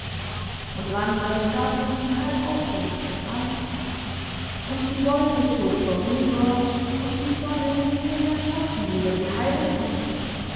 und randers starrte sie halb aufgerichtet an und die wolke zog vorüber und die sonne liess helgas schatten über die heide tanzen